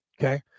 Okay